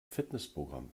fitnessprogramm